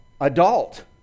adult